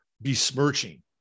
besmirching